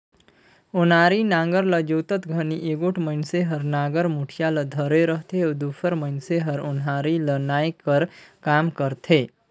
ओनारी नांगर ल जोतत घनी एगोट मइनसे हर नागर मुठिया ल धरे रहथे अउ दूसर मइनसे हर ओन्हारी ल नाए कर काम करथे